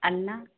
अलना